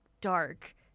dark